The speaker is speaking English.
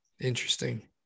interesting